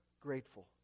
grateful